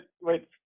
Wait